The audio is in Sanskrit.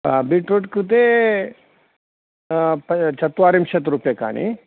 बीट्रूट् कृते चत्वारिंशत् रूप्यकाणि